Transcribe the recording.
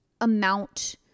amount